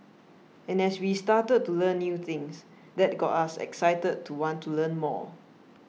and as we started to learn new things that got us excited to want to learn more